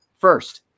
first